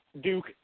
Duke